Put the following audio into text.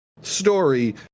story